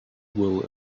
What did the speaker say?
wool